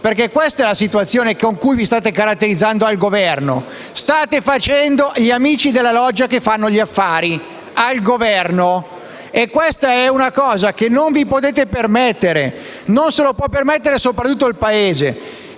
Questa, infatti, è la situazione con cui vi state caratterizzando al Governo: state facendo gli amici della loggia che fanno gli affari al Governo e questa è una cosa che non vi potete permettere e che, soprattutto, non